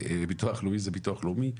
ביטוח לאומי זה ביטוח לאומי,